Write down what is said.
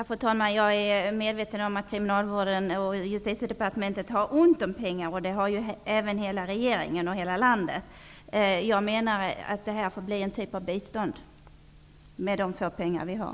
Fru talman! Jag är medveten om att kriminalvården och Justitiedepartementet har ont om pengar. Det har även hela regeringen och hela landet. Jag menar att detta får bli en typ av bistånd, med de få pengar som vi har.